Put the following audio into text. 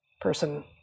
person